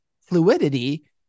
fluidity